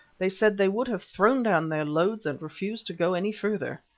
they said they would have thrown down their loads and refused to go any further.